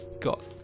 got